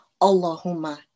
Allahumma